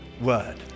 word